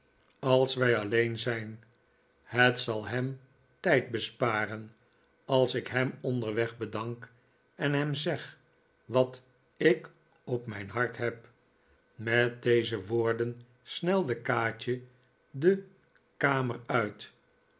als nikolaas n'ickleby wij alleen zijn het zal hem tijd besparen als ik hem onderweg bedank en hem zeg wat ik op mijn hart heb met deze woorden snelde kaatje de kamer uit